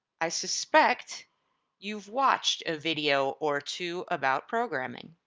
i suspect you've watched a video or two about programming.